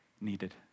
needed